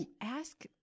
Ask